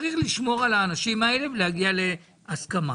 צריך לשמור על האנשים האלה ולהגיע להסכמה.